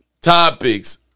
topics